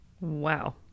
Wow